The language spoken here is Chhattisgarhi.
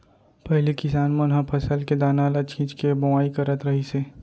पहिली किसान मन ह फसल के दाना ल छिंच के बोवाई करत रहिस हे